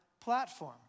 platform